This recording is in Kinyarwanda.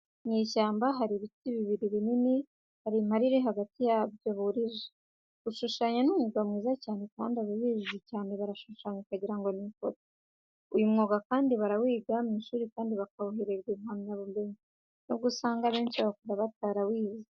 Mu ishyamba, hari ibiti bibiri binini, hari n'impala iri hagati yabyo, burije. Gushushanya ni umwuga mwiza cyane kuko ababizi cyane barashushanya ukagira ngo ni ifoto, uyu mwuga kandi barawiga mu ishuri kandi bakawuhererwa impamyabumenyi, nubwo usanga abenshi bawukora batarawize.